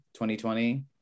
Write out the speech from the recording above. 2020